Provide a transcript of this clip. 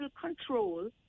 control